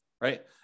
right